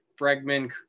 Bregman